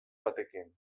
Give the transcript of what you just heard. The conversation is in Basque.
batekin